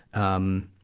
um,